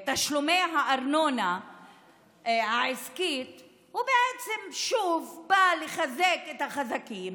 תשלומי הארנונה העסקית בעצם שוב בא לחזק את החזקים,